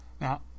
Now